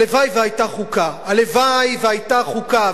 הלוואי שהיתה חוקה, הלוואי שהיתה חוקה.